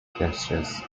gestures